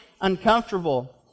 uncomfortable